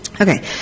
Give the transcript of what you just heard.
Okay